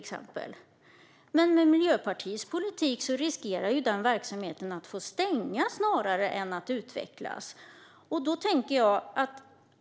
Med Miljöpartiets politik riskerar den verksamheten att få stänga snarare än att utvecklas.